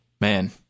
Man